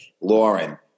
Lauren